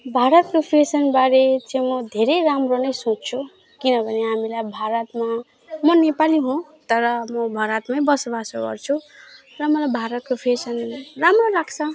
भारतको फेसनबारे चाहिँ म धेरै राम्रो नै सोच्छु किनभने हामीलाई भारतमा म नेपाली हो तर म भारतमै बसोबास गर्छु र मलाई भारतको फेसन राम्रो लाग्छ